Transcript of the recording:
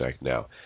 now